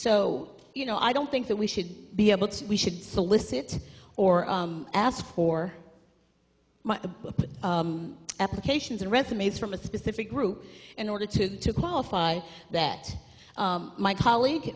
so you know i don't think that we should be able to we should solicit or ask for my applications and resumes from a specific group in order to qualify that my colleague